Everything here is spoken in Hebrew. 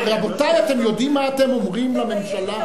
רבותי, אתם יודעים מה אתם אומרים לממשלה?